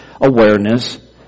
awareness